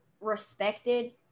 respected